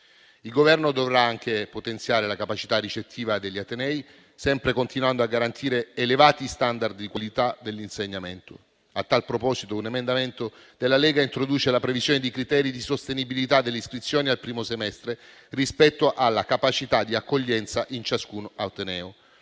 Il Governo dovrà anche potenziare la capacità ricettiva degli atenei, sempre continuando a garantire elevati *standard* di qualità dell'insegnamento. A tal proposito, un emendamento della Lega introduce la previsione di criteri di sostenibilità delle iscrizioni al primo semestre, rispetto alla capacità di accoglienza in ciascun ateneo.